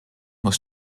muss